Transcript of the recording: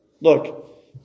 Look